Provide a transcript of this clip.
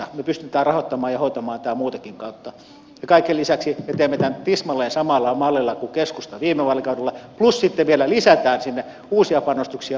me pystymme rahoittamaan ja hoitamaan tämän muutakin kautta ja kaiken lisäksi me teemme tämän tismalleen samalla mallilla kuin keskusta viime vaalikaudella plus sitten vielä lisätään sinne uusia panostuksia alku ja siemenvai heen puolelle